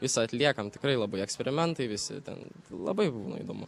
visą atliekam tikrai labai eksperimentai visi ten labai įdomu